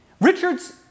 Richards